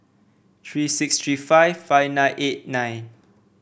three six three five five nine eight nine